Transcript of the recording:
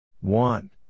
one